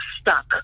stuck